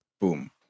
boom